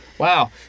Wow